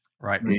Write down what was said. Right